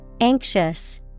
Anxious